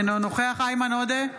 אינו נוכח איימן עודה,